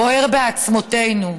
בוער בעצמותינו.